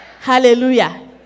Hallelujah